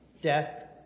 Death